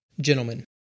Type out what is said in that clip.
Gentlemen